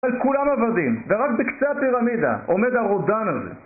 אבל כולם עבדים, ורק בקצה הפירמידה עומד הרודן הזה